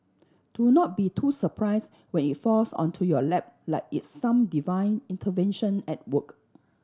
do not be too surprise when it falls onto your lap like it's some divine intervention at work